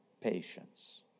patience